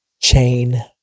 chain